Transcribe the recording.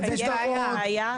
זה מקומם.